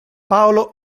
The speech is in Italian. paolo